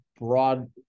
broad